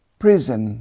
prison